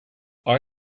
icbm